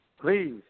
please